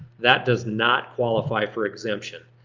that does not qualify for exemption.